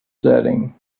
setting